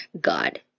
God